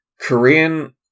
Korean